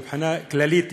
מבחינה כללית,